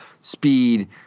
speed